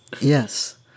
yes